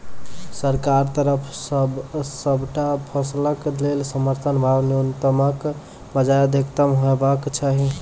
सरकारक तरफ सॅ सबटा फसलक लेल समर्थन भाव न्यूनतमक बजाय अधिकतम हेवाक चाही?